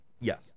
Yes